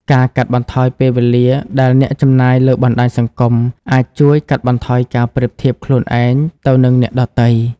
ការកាត់បន្ថយពេលវេលាដែលអ្នកចំណាយលើបណ្តាញសង្គមអាចជួយកាត់បន្ថយការប្រៀបធៀបខ្លួនឯងទៅនឹងអ្នកដទៃ។